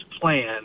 plan